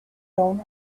town